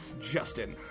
Justin